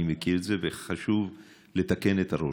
אני מכיר את זה וחשוב לתקן את הרושם.